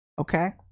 Okay